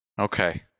Okay